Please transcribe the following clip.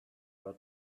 were